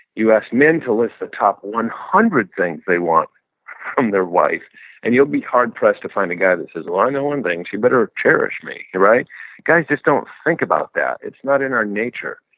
you ask men to list the top one hundred things they want from their wife and you'll be hard pressed to find a guy that says, well, i know one thing. she'd better cherish me. guys just don't think about that. it's not in our nature.